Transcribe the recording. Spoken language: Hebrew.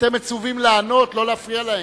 אתם מצווים לענות, לא להפריע להם.